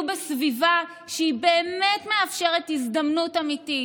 בסביבה שהיא באמת מאפשרת הזדמנות אמיתית,